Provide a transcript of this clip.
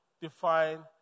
define